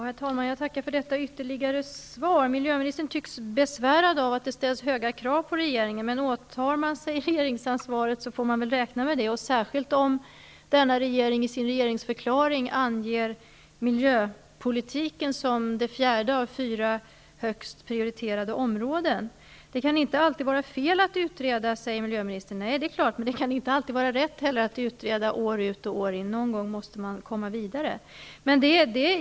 Herr talman! Jag tackar för detta ytterligare svar. Miljöministern tycks besvärad av att det ställs höga krav på regeringen. Men åtar man sig regeringsansvaret får man väl räkna med det, och särskilt som denna regering i sin regeringsförklaring anger miljöpolitiken som det fjärde av fyra högst prioriterade områden. Det kan inte alltid vara fel att utreda, säger miljöministern. Det är klart. Men det kan inte heller alltid vara rätt att utreda år ut och år in. Någon gång måste man komma vidare.